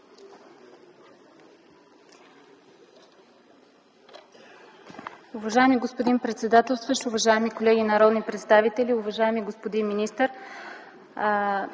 Уважаеми господин председател, уважаеми колеги народни представители, уважаеми господин министър!